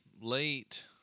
late